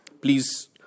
please